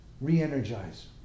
re-energize